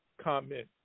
comment